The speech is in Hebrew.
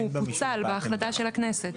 הוא פוצל בהחלטה של הכנסת.